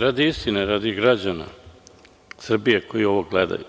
Radi istine, radi građana Srbije koji ovo gledaju,